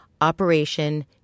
Operation